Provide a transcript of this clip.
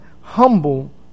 humble